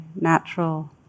natural